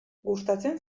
gustatzen